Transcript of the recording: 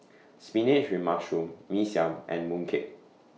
Spinach with Mushroom Mee Siam and Mooncake